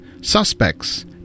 suspects